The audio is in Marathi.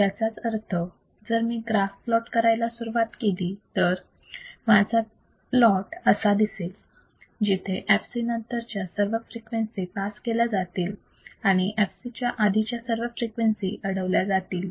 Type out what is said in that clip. याचाच अर्थ जर मी ग्राफ प्लॉट करायला सुरुवात केली तर माझा प्लॉट असा दिसेल जिथे fc नंतरच्या सर्व फ्रिक्वेन्सी पास केल्या जातील आणि fc च्या आधीच्या सर्व फ्रिक्वेन्सी अडवल्या जातील